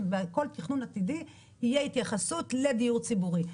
שבכל תכנון עתידי תהיה התייחסות לדיור ציבורי.